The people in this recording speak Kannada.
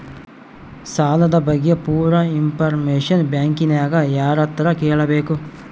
ಸಾಲದ ಬಗ್ಗೆ ಪೂರ ಇಂಫಾರ್ಮೇಷನ ಬ್ಯಾಂಕಿನ್ಯಾಗ ಯಾರತ್ರ ಕೇಳಬೇಕು?